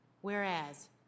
whereas